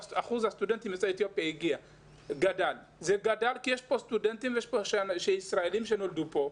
זה גדל בגלל שיש פה סטודנטים ישראלים שנולדו פה,